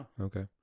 Okay